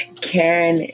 Karen